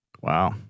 Wow